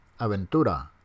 Aventura